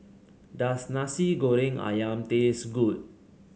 does Nasi Goreng ayam taste good